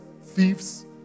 thieves